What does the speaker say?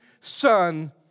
son